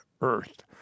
Earth